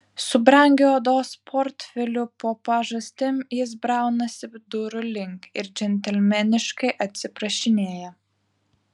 su brangiu odos portfeliu po pažastim jis braunasi durų link ir džentelmeniškai atsiprašinėja